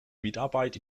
mitarbeit